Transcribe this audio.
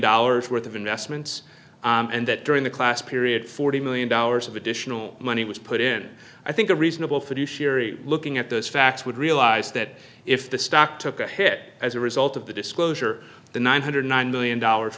dollars worth of investments and that during the class period forty million dollars of additional money was put in i think a reasonable fiduciary looking at those facts would realize that if this dach took a hit as a result of the disclosure the nine hundred nine million dollars